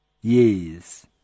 Yes